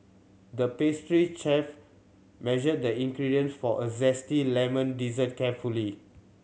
the pastry chef measured the ingredients for a zesty lemon dessert carefully